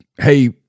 hey